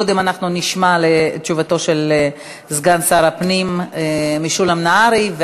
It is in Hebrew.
קודם אנחנו נשמע את תשובתו של סגן שר הפנים משולם נהרי,